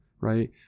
right